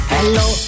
Hello